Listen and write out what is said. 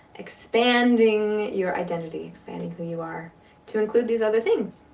expanding your identity. expanding who you are to include these other things.